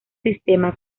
sistema